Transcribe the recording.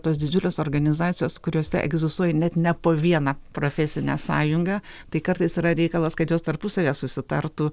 tos didžiulės organizacijos kuriose egzistuoja net ne po vieną profesinę sąjungą tai kartais yra reikalas kad jos tarpusavyje susitartų